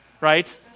right